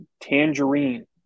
tangerine